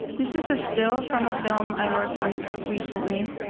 this is a still from a film i worked on recently,